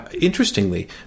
Interestingly